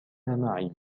معي